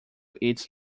its